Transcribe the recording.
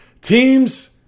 teams